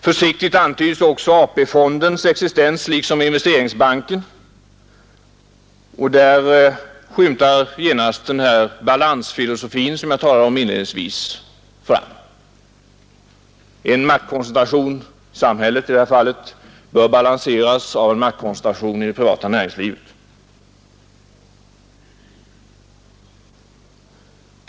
Försiktigt antyds också AP-fondens existens liksom Investeringsbanken, och där skymtar genast den här balansfilosofin fram, som jag talade om inledningsvis: en maktkoncentration, inom samhället i det här fallet, bör balanseras av maktkoncentration i det privata näringslivet.